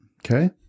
Okay